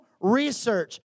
research